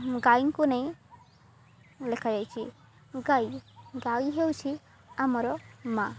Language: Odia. ଗାଈଙ୍କୁ ନେଇ ଲେଖାାଯାଇଛି ଗାଈ ଗାଈ ହେଉଛି ଆମର ମା